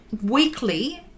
weekly